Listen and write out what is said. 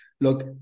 look